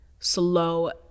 Slow